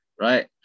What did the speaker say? right